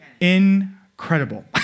Incredible